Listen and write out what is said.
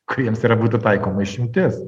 kuriems yra būtų taikoma išimtis